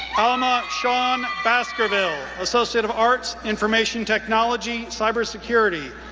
alma shawn baskerville, associate of arts, information technology, cybersecurity,